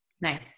nice